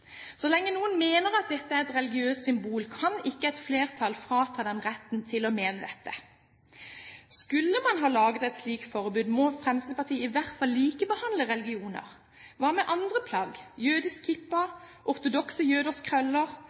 Så lenge noen mener at dette er et religiøst symbol, kan ikke et flertall frata dem retten til å mene dette. Skulle man ha laget et slikt forbud, må Fremskrittspartiet i hvert fall likebehandle religioner. Hva med andre plagg – jødisk kippah eller ortodokse jøders krøller,